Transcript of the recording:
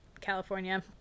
California